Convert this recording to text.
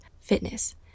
fitness